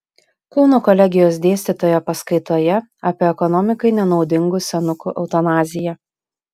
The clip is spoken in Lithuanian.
kauno kolegijos dėstytoja paskaitoje apie ekonomikai nenaudingų senukų eutanaziją